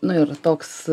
na ir toks